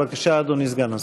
בבקשה, אדוני סגן השר.